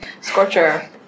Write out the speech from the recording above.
Scorcher